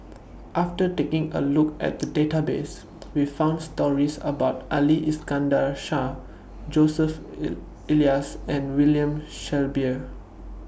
after taking A Look At The Database We found stories about Ali Iskandar Shah Joseph E Elias and William Shellabear